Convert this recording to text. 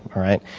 all right?